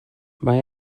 mae